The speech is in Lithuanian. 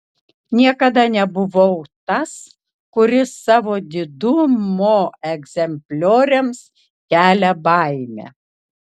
niekada nebuvau tas kuris savo didumo egzemplioriams kelia baimę